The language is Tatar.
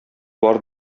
бар